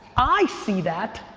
i see that,